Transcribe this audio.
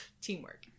Teamwork